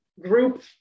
group